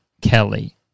Kelly